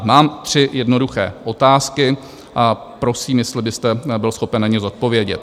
Mám tři jednoduché otázky a prosím, jestli byste byl schopen na ně odpovědět.